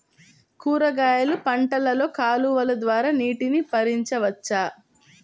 కూరగాయలు పంటలలో కాలువలు ద్వారా నీటిని పరించవచ్చా?